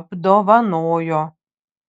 apdovanojo